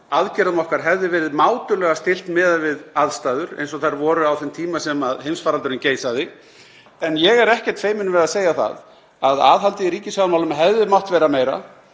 aðgerðum okkar hefði verið mátulega stillt miðað við aðstæður eins og þær voru á þeim tíma sem heimsfaraldurinn geisaði. En ég er ekkert feiminn við að segja það að aðhaldið í ríkisfjármálum hefði mátt vera meira